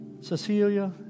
Cecilia